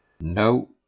No